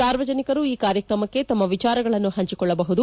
ಸಾರ್ವಜನಿಕರು ಈ ಕಾರ್ಯಕ್ರಮಕ್ಕೆ ತಮ್ಮ ವಿಚಾರಗಳನ್ನು ಹಂಚಿಕೊಳ್ಳಬಹುದು